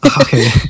okay